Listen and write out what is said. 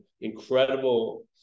incredible